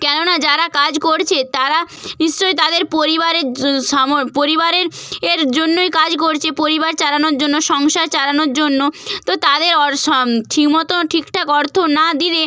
কেননা যারা কাজ করছে তারা নিশ্চয়ই তাদের পরিবারের পরিবারের এর জন্যই কাজ করছে পরিবার চালানোর জন্য সংসার চালানোর জন্য তো তাদের ঠিকমতো ঠিকঠাক অর্থ না দিলে